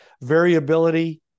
Variability